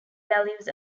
values